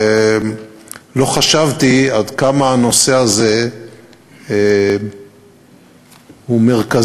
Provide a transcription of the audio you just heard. לא חשבתי עד כמה הנושא הזה יהיה מרכזי,